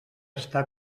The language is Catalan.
està